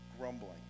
grumbling